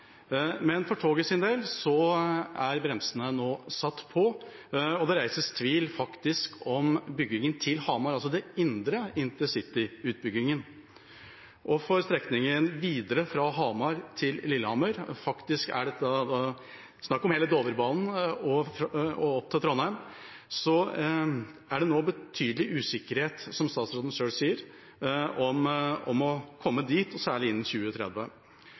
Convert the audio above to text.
men for togets del er bremsene nå satt på. Det reises faktisk tvil om byggingen til Hamar, altså den indre intercityutbyggingen, og for strekningen videre fra Hamar til Lillehammer – faktisk er det snakk om hele Dovrebanen opp til Trondheim – er det nå betydelig usikkerhet, som statsråden selv sier, om vi kommer dit, og særlig innen 2030.